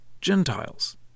Gentiles